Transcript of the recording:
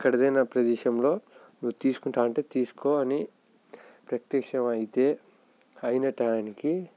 ఎక్కడదైనా ప్రదేశంలో నువ్వు తీసుకుంటాను అంటే తీసుకో అని ప్రత్యక్షమైతే అయిన టైంకి